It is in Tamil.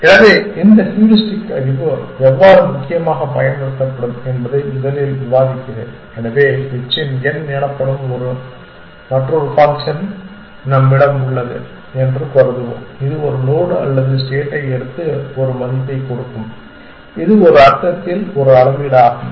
எனவே இந்த ஹூரிஸ்டிக் அறிவு எவ்வாறு முக்கியமாகப் பயன்படுத்தப்படும் என்பதை முதலில் விவாதிக்கிறேன் எனவே h இன் n எனப்படும் மற்றொரு ஃபங்க்ஷன் நம்மிடம் உள்ளது என்று கருதுவோம் இது ஒரு நோடு அல்லது ஸ்டேட்டை எடுத்து ஒரு மதிப்பைக் கொடுக்கும் இது ஒரு அர்த்தத்தில் ஒரு அளவீடு ஆகும்